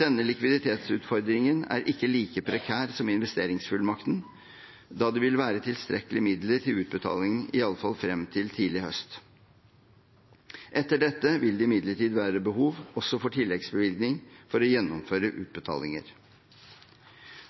Denne likviditetsutfordringen er ikke like prekær som investeringsfullmakten, da det vil være tilstrekkelig midler til utbetalinger iallfall frem til tidlig høst. Etter dette vil det imidlertid være behov også for tilleggsbevilgning for å gjennomføre utbetalinger.